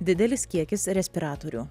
didelis kiekis respiratorių